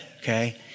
okay